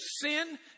sin